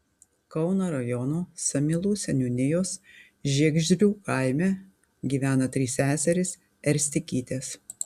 kauno rajono samylų seniūnijos žiegždrių kaime gyvena trys seserys erstikytės